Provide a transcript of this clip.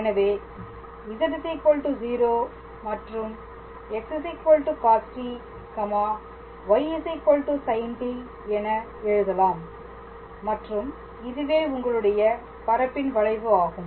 எனவே z 0 மற்றும் x costy sint என எழுதலாம் மற்றும் இதுவே உங்களுடைய பரப்பின் வளைவு ஆகும்